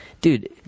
dude